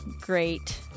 great